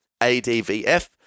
ADVF